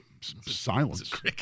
silence